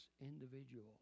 individual